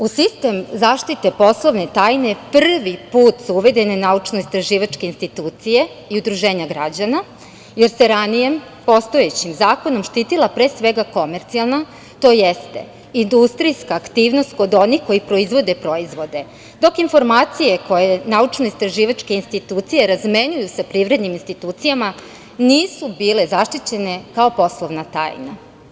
U sistem zaštite poslovne tajne prvi put su uvedene naučno-istraživačke institucije i udruženje građana, jer se ranije, postojećim zakonom, štitila pre svega komercijalna, tj. industrijska aktivnost kod onih koji proizvode proizvode, dok informacije koje naučno-istraživačke institucije razmenjuju sa privrednim institucijama nisu bile zaštićene kao poslovna tajna.